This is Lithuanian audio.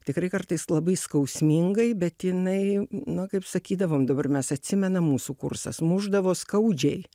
tikrai kartais labai skausmingai bet jinai nu kaip sakydavom dabar mes atsimena mūsų kursas mušdavo skaudžiai